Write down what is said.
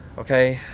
okay?